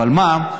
אבל מה?